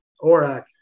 ORAC